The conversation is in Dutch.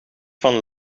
van